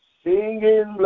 singing